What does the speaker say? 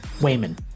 Wayman